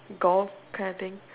golf kind of thing